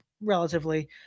relatively